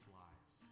lives